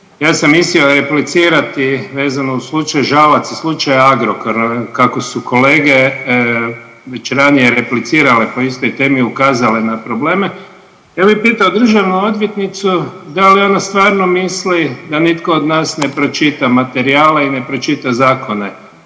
Ja sam mislio replicirati vezano u slučaju Žalac i slučaju Agrokor. Kako su kolege već ranije replicirale po istoj temi i ukazale na probleme, ja bi pitao državnu odvjetnicu da li ona stvarno misli da nitko od nas ne pročita materijale i ne pročita zakone